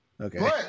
Okay